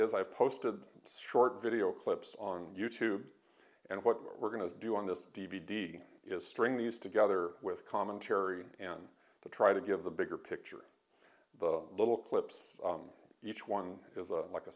is i've posted the short video clips on you tube and what we're going to do on this d v d is string these together with commentary and to try to give the bigger picture the little clips on each one is a like a